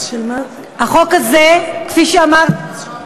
החוק הזה, כפי שאמרתי,